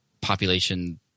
population